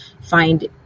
find